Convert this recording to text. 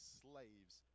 slaves